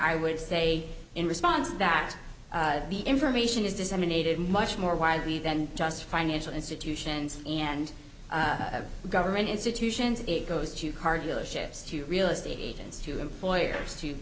i would say in response that the information is disseminated much more widely than just financial institutions and government institutions it goes to car dealerships to real estate agents to employers to